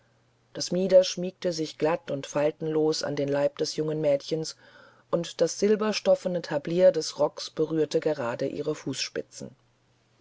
das mieder schmiegte sich glatt und faltenlos an den leib des jungen mädchens und das silberstoffene tablier des rockes berührte gerade ihre fußspitzen